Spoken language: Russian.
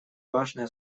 важное